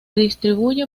distribuye